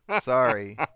Sorry